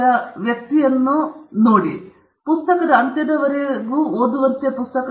ಯಾವುದೇ ವ್ಯಕ್ತಿಯು ಎತ್ತಿಕೊಳ್ಳುವ ವಿಷಯವೆಂದರೆ ಅದು ಪುಸ್ತಕಕ್ಕೆ ಅಂಟಿಕೊಳ್ಳುತ್ತದೆ ಮತ್ತು ಪುಸ್ತಕದ ಅಂತ್ಯಕ್ಕೆ ಓದಲು ಪ್ರಯತ್ನಿಸಿ